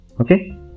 okay